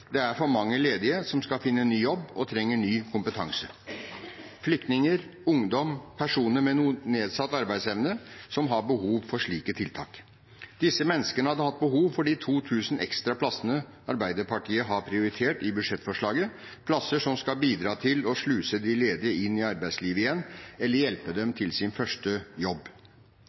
Det er for mange ledige som skal finne ny jobb og trenger ny kompetanse. Det er flyktninger, ungdom og personer med nedsatt arbeidsevne som har behov for slike tiltak. Disse menneskene hadde hatt behov for de 2 000 ekstra plassene Arbeiderpartiet har prioritert i budsjettforslaget sitt, plasser som skal bidra til å sluse de ledige inn i arbeidslivet igjen, eller hjelpe dem til sin første jobb.